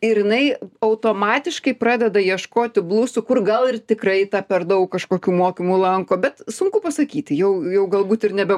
ir jinai automatiškai pradeda ieškoti blusų kur gal ir tikrai ta per daug kažkokių mokymų lanko bet sunku pasakyti jau jau galbūt ir nebe